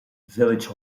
village